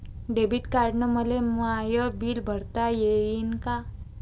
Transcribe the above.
Debit कार्डानं मले my bill भरता येईन का?